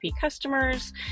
customers